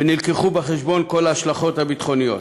והובאו בחשבון כל ההשלכות הביטחוניות.